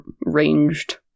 ranged